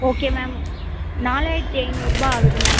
okay ma'am நாலாயிரத்தி ஐந்நூறுபா ஆகுது மேம்